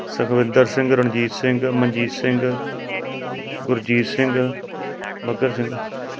Sukhwinder Singh Ranjit Singh Manjit Singh Gurjit Singh Maghar Singh